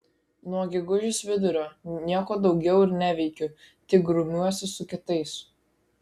nuo gegužės vidurio nieko daugiau ir neveikiu tik grumiuosi su kitais